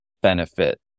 benefit